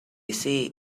say